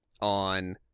on